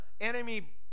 enemy